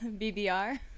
bbr